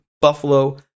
Buffalo